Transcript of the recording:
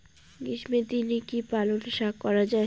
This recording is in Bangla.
গ্রীষ্মের দিনে কি পালন শাখ করা য়ায়?